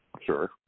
Sure